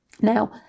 Now